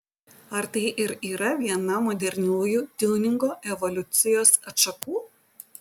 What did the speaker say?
ar tai ir yra viena moderniųjų tiuningo evoliucijos atšakų